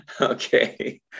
Okay